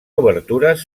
obertures